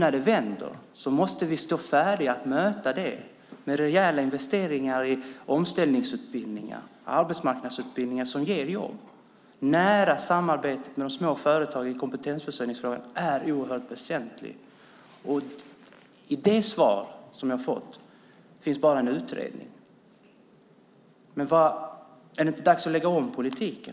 När det nu vänder måste vi stå färdiga att möta med rejäla investeringar i omställningsutbildningar och arbetsmarknadsutbildningar som ger jobb. Ett nära samarbete med de små företagen i kompetensförsörjningsfrågan är oerhört väsentligt. I det svar som jag har fått finns bara en utredning. Är det inte dags att lägga om politiken?